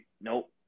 nope